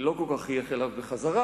לא כל כך חייך אליו בחזרה,